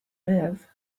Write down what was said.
live